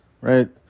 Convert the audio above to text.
right